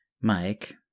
Mike